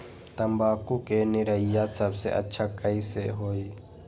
तम्बाकू के निरैया सबसे अच्छा कई से होई?